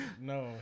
No